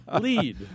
lead